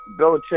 Belichick